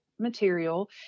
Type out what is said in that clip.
material